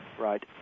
Right